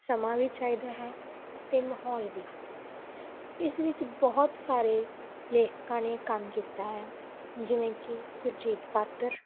ਸਮਾਂ ਵੀ ਚਾਹੀਦਾ ਹੈ ਅਤੇ ਮਾਹੌਲ ਵੀ ਇਸ ਵਿੱਚ ਬਹੁਤ ਸਾਰੇ ਲੇਖਕਾਂ ਨੇ ਕੰਮ ਕੀਤਾ ਹੈ ਜਿਵੇਂ ਕਿ ਸੁਰਜੀਤ ਪਾਤਰ